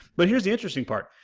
but here's the interesting part,